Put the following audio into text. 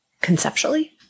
conceptually